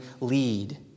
lead